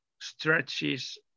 stretches